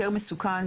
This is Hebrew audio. יותר מסוכן,